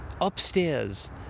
upstairs